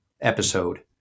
episode